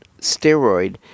steroid